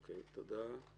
תודה.